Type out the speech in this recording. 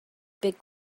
big